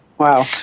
Wow